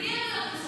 בלי עלויות נוספות.